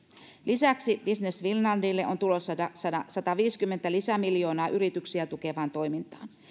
lisäksi business finlandille on tulossa sataviisikymmentä lisämiljoonaa yrityksiä tukevaan toimintaan